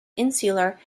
insular